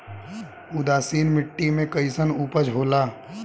उदासीन मिट्टी में कईसन उपज होला?